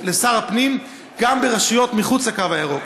לשר הפנים גם ברשויות שמחוץ לקו הירוק.